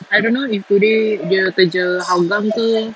I don't know if today dia kerja hougang ke